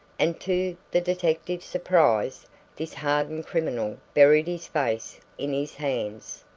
and to the detective's surprise this hardened criminal buried his face in his hands.